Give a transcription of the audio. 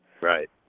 Right